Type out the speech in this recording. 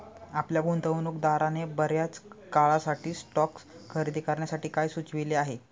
आपल्या गुंतवणूकदाराने बर्याच काळासाठी स्टॉक्स खरेदी करण्यासाठी काय सुचविले आहे?